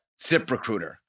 ZipRecruiter